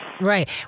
Right